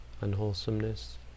unwholesomeness